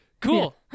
Cool